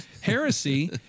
Heresy